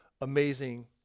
amazing